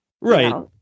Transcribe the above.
Right